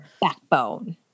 Backbone